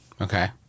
okay